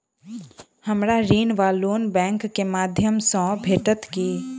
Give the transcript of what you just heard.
हमरा ऋण वा लोन बैंक केँ माध्यम सँ भेटत की?